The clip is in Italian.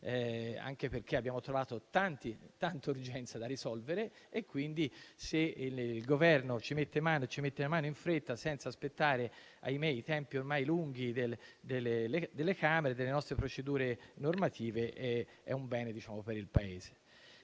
dire - che abbiamo trovato tante urgenze da risolvere, quindi se il Governo ci mette mano in fretta, senza aspettare i tempi ormai lunghi delle ordinarie procedure parlamentari, è un bene per il Paese.